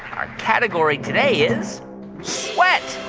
our category today is sweat.